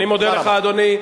אני מודה לך, אדוני.